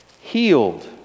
healed